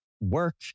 work